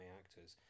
actors